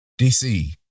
DC